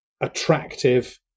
attractive